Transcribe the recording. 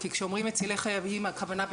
כי כשאומרים "מצילי חיים" הכוונה היא